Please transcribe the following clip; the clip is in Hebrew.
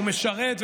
הוא משרת,